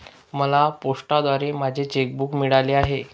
मला पोस्टाद्वारे माझे चेक बूक मिळाले आहे